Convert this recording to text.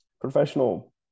professional